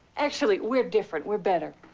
actually, we're different. we're better.